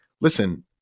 listen